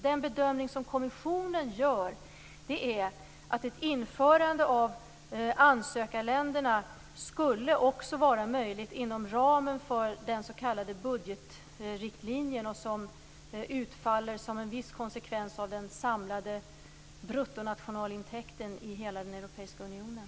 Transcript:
Den bedömning som kommissionen gör är att ett införande av ansökarländerna också skulle vara möjligt inom ramen för den s.k. budgetriktlinjen. Den utfaller som en viss konsekvens av den samlade bruttonationalintäkten i hela Europeiska unionen.